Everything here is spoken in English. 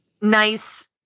nice